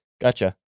gotcha